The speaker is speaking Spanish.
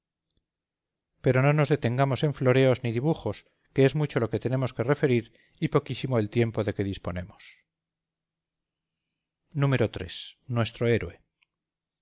pero no nos detengamos en floreos ni dibujos que es mucho lo que tenemos que referir y poquísimo el tiempo de que disponemos iii nuestro heroe